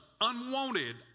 unwanted